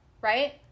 Right